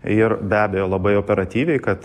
ir be abejo labai operatyviai kad